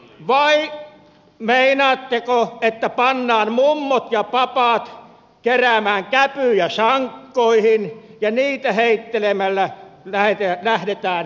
vai meinaatteko että pannaan mummot ja papat keräämään käpyjä sankkoihin ja niitä heittelemällä lähdetään vihollista vastaan